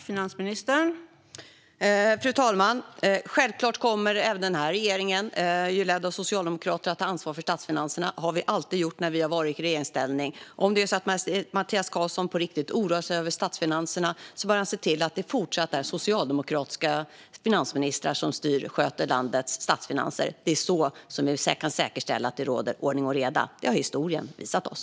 Fru talman! Självklart kommer även den här regeringen ledd av socialdemokrater att ta ansvar för statsfinanserna. Det har vi alltid gjort när vi har varit i regeringsställning. Om Mattias Karlsson på riktigt oroar sig över statsfinanserna bör han se till att det fortsätter att vara socialdemokratiska finansministrar som sköter landets statsfinanser. Det är så vi kan säkerställa att det råder ordning och reda. Det har historien visat oss.